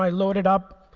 i load it up.